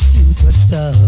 Superstar